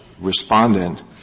respondent